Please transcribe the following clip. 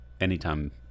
anytime